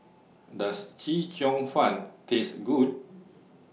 Does Chee Cheong Fun Taste Good